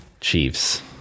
Chiefs